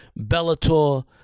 Bellator